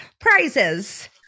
prizes